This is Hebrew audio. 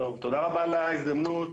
תודה רבה על ההזדמנות.